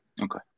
Okay